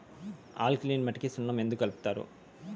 alkaline మట్టికి సున్నం ఎందుకు కలుపుతారు